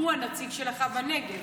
הוא הנציג שלך בנגב.